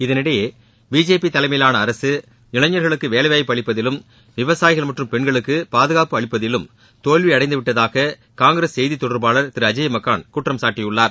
இதனிடையே பிஜேபி தலைமையிவாள அரசு இளைஞர்களுக்கு வேலைவாய்ப்பு அளிப்பதிலும் விவசாயிகள் மற்றும் பெண்களுக்கு பாதுகாப்பளிப்பதிலும் தோல்வியடைந்து விட்டதாக காங்கிரஸ் செய்தி தொடர்பாளர் அஜய் மக்கான் குற்றம் சாட்டியுள்ளார்